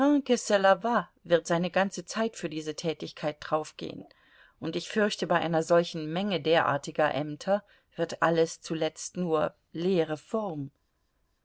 wird seine ganze zeit für diese tätigkeit draufgehen und ich fürchte bei einer solchen menge derartiger ämter wird alles zuletzt nur leere form